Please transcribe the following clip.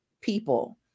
people